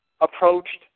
approached